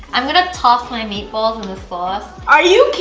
i'm going to toss my meatballs in the sauce. are you